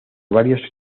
varios